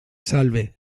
salve